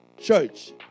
church